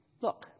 look